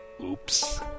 Oops